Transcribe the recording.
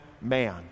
man